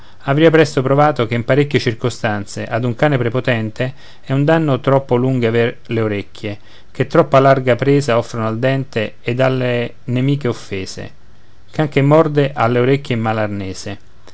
avria presto provato che in parecchie circostanze ad un cane prepotente è un danno troppo lunghe aver le orecchie che troppa larga presa offrono al dente e alle nemiche offese can che morde ha le orecchie